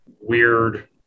weird